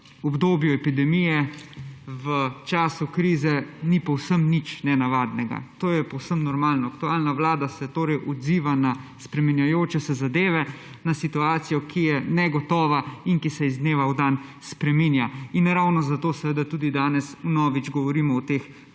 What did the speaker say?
obdobju epidemije, v času krize, ni povsem nič nenavadnega. To je povsem normalno. Aktualna vlada se torej odziva na spreminjajoče se zadeve, na situacijo, ki je negotova in ki se iz dneva v dan spreminja. Ravno zato seveda tudi danes vnovič govorimo o teh